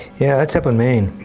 yeah, that's up on maine.